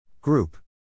Group